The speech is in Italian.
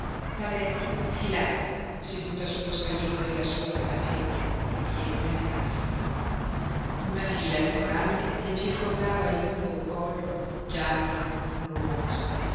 la vecchia filava seduta sullo scalino della sua catapecchia di pietre nerastre una fila di coralli le circondava il lungo collo giallo rugoso